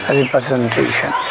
representation